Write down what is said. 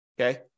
okay